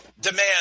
demand